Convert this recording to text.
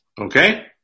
Okay